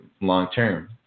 long-term